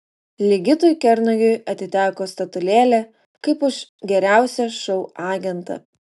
ligitui kernagiui atiteko statulėlė kaip už geriausią šou agentą